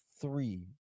three